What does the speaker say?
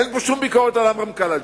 אין פה שום ביקורת על עמרם קלעג'י.